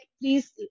please